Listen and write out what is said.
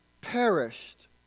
perished